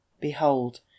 Behold